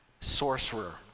sorcerer